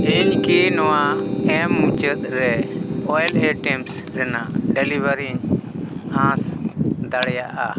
ᱤᱧ ᱠᱤ ᱱᱚᱣᱟ ᱮᱢᱟᱦᱟ ᱢᱩᱪᱟᱹᱫᱨᱮ ᱳᱭᱮᱞ ᱟᱭᱴᱮᱢᱥ ᱨᱮᱱᱟᱜ ᱰᱮᱞᱤᱵᱷᱟᱨᱤ ᱤᱧ ᱟᱥ ᱫᱟᱲᱮᱭᱟᱜᱼᱟ